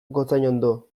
gotzainondo